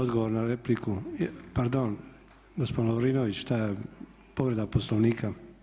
Odgovor na repliku, pardon gospon Lovrinović povreda Poslovnika.